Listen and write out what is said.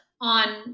on